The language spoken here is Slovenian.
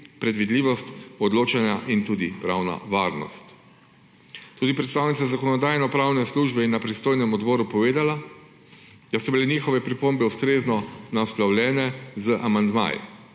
predvidljivost odločanja in tudi pravna varnost. Tudi predstavnica Zakonodajno-pravne službe je na pristojnem odboru povedala, da so bile njihove pripombe ustrezno naslovljene z amandmaji.